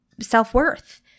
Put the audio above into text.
self-worth